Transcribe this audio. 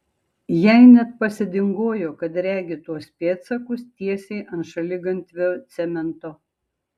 jai net pasidingojo kad regi tuos pėdsakus tiesiai ant šaligatvio cemento